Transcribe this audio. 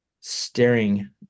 staring